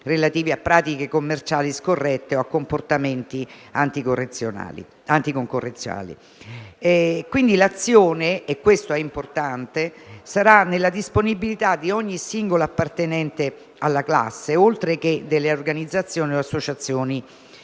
relativi a pratiche commerciali scorrette o a comportamenti anticoncorrenziali. L'azione - e questo è importante - sarà nella disponibilità di ogni singolo appartenente alla classe, oltre che delle organizzazioni e associazioni senza